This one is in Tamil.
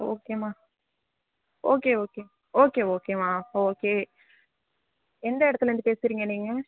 ஓகேம்மா ஓகே ஓகே ஓகே ஓகேம்மா ஓகே எந்த இடத்துலேருந்து பேசுகிறீங்க நீங்கள்